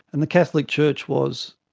and the catholic church was,